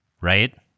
Right